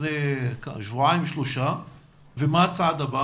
מה הצעד הבא?